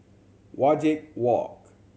Wajek Walk